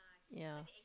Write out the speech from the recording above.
yeah